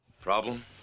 Problem